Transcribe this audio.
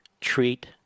treat